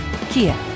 Kia